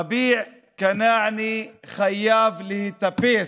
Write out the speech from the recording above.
רביע כנאענה חייב להיתפס,